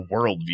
worldview